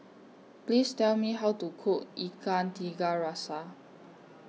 Please Tell Me How to Cook Ikan Tiga Rasa